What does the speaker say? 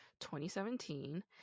2017